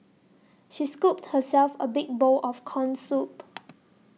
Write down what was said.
she scooped herself a big bowl of Corn Soup